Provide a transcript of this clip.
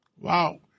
Wow